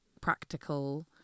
practical